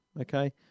Okay